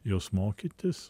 jos mokytis